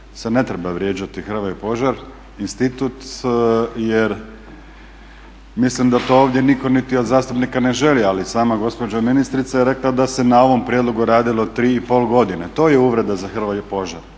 Instituta "Hrvoje Požar", institut jer mislim da to ovdje nitko niti od zastupnika ne želi. Ali sama gospođa ministrica je rekla da se na ovom prijedlogu radilo tri i pol godine. To je uvreda za Hrvoje Požar.